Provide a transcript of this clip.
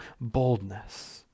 boldness